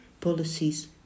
policies